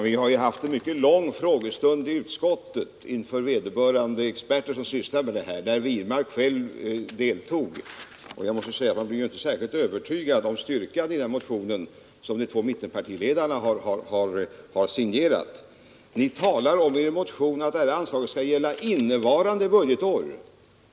Fru talman! Vi hade en mycket lång frågestund i utskottet med de experter som sysslar med detta, där herr Wirmark själv deltog. Man blir inte särskilt övertygad om styrkan i den motion som de två mittenpartiledarna signerat. Ni säger i motionen att anslaget skall avse innevarande budgetår.